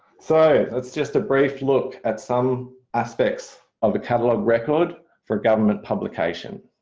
so that's just a brief look at some aspects of the catalogue record for government publication.